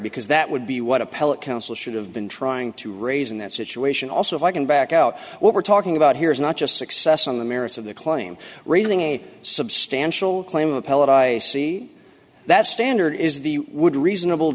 because that would be what appellate counsel should have been trying to raise in that situation also if i can back out what we're talking about here is not just success on the merits of the claim raising a substantial claim appellate i see that standard is the would reasonable